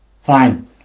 fine